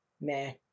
meh